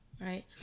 right